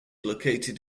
located